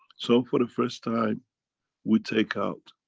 so for the first time we take out.